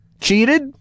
Cheated